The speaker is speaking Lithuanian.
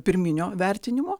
pirminio vertinimo